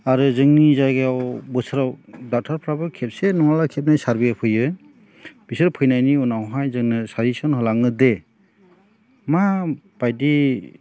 आरो जोंनि जायगायाव बोसोराव ड'क्टरफ्राबो खेबसे नङाब्ला खेबनै सारभे फैयो बिसोर फैनायनि उनावहाय जोंनो साजेसन होलाङोदि मा बायदि